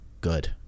good